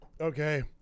Okay